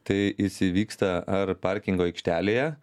tai jis įvyksta ar parkingo aikštelėje